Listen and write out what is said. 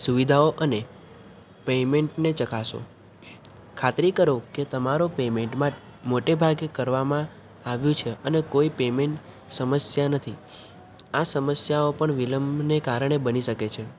સુવિધાઓ અને પેમેન્ટને ચકાસો ખાતરી કરો કે તમારો પેમેન્ટમાં મોટેભાગે કરવામાં આવ્યું છે અને કોઈ પેમેન્ટ સમસ્યા નથી આ સમસ્યાઓ પણ વિલંબને કારણે બની શકે છે